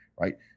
right